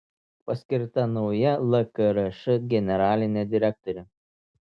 paskirta nauja lkrš generalinė direktorė